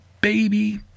baby